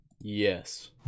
Yes